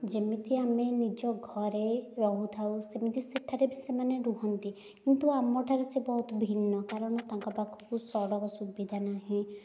ଯେମିତି ଆମେ ନିଜ ଘରେ ରହୁଥାଉ ସେମିତି ସେଠାରେ ବି ସେମାନେ ରୁହନ୍ତି କିନ୍ତୁ ଆମଠାରୁ ସେ ବହୁତ ଭିନ୍ନ କାରଣ ତାଙ୍କ ପାଖକୁ ସଡ଼କ ସୁବିଧା ନାହିଁ